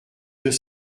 deux